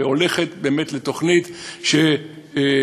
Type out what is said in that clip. והולכת באמת לתוכנית שתעזור,